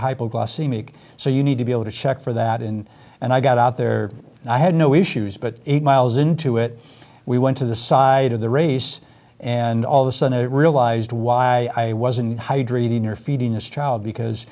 hypoglycemic so you need to be able to check for that in and i got out there i had no issues but eight miles into it we went to the side of the race and all the sunday realized why i wasn't hydrating or feeding this child because